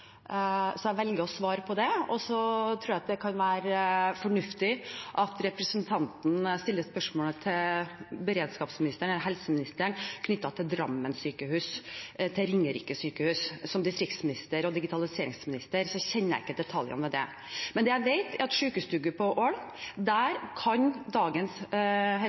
så jeg velger å svare på det. Jeg tror det kan være fornuftig at representanten stiller spørsmålet til beredskapsministeren eller helseministeren når det gjelder Drammen sykehus og Ringerike sykehus. Som distrikts- og digitaliseringsminister kjenner jeg ikke til detaljene der. Men det jeg vet, er at når det gjelder Hallingdal sjukestugu på Ål, kan dagens